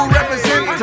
represent